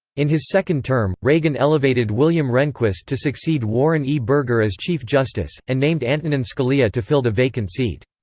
in his second term, reagan elevated william rehnquist to succeed warren e. burger as chief justice, and named antonin scalia to fill the vacant seat.